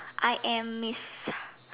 I am Miss